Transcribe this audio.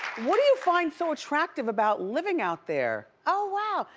what do you find so attractive about living out there? oh, wow.